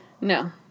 No